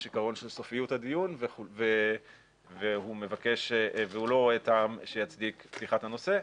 יש עיקרון של סופיות הדיון והוא לא רואה טעם שיצדיק את פתיחת הנושא.